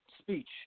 speech